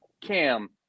Cam